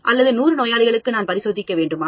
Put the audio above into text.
அல்லது 100 நோயாளிகளுக்கு நான் பரிசோதிக்க வேண்டுமா